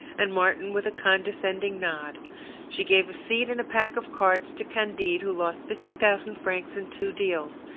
and martin with a condescending nod she gave a seat and a pack of cards to candide, who lost fifty thousand francs in two deals,